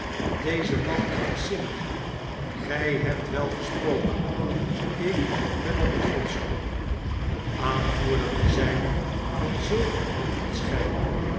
deze man krankzinnig gij hebt wel gesproken ik ben er trotsch op de aanvoerder te zijn van zulk een man als gij